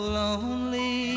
lonely